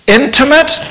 intimate